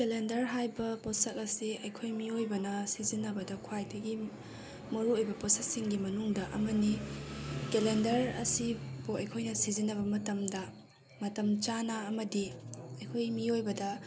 calendar ꯍꯥꯏꯕ ꯄꯣꯠꯁꯛ ꯑꯁꯤ ꯑꯩꯈꯣꯏ ꯃꯤꯑꯣꯏꯕꯅ ꯁꯤꯖꯤꯟꯅꯕꯗ ꯈ꯭ꯋꯥꯏꯗꯒꯤ ꯃꯔꯨ ꯑꯣꯏꯕ ꯄꯣꯠꯁꯛꯁꯤꯡꯒꯤ ꯃꯅꯨꯡꯗ ꯑꯃꯅꯤ ꯀꯦꯂꯦꯟꯗꯔ ꯑꯁꯤꯕꯨ ꯑꯩꯈꯣꯏꯅ ꯁꯤꯖꯤꯟꯅꯕ ꯃꯇꯝꯗ ꯃꯇꯝ ꯆꯥꯅ ꯑꯃꯗꯤ ꯑꯩꯈꯣꯏ ꯃꯤꯑꯣꯏꯕꯗ